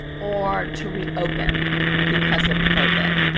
or to reopen because of covid.